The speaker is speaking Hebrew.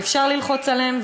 ואפשר ללחוץ עליהם,